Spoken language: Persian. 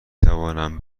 توانم